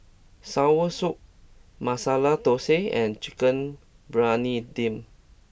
Soursop Masala Thosai and Chicken Briyani Dum